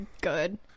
good